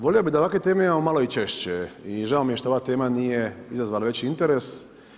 Volio bih da ovakve teme imamo malo i češće i žao mi je što ova nije izazvala veći interes.